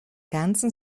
ganzen